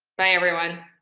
bye, everyone.